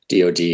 DOD